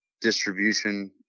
distribution